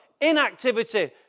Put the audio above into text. Inactivity